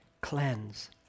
cleanse